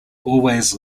always